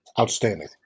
Outstanding